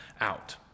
out